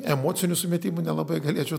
emocinių sumetimų nelabai galėčiau